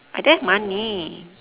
I don't have money